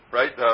right